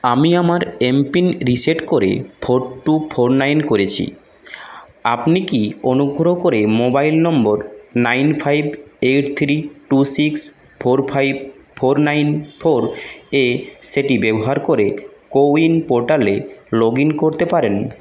আমি আমার MPIN reset করে ফোর টু ফোর নাইন করেছি আপনি কি অনুগ্রহ করে mobile number nine five eight three two six four five four nine four এ সেটি ব্যবহার করে কোউইন পোর্টালে লগ ইন করতে পারেন